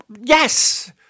yes